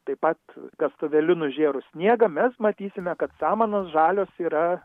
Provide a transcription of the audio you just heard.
taip pat kastuvėliu nužėrus sniegą mes matysime kad samanos žalios yra